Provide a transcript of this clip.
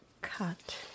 cut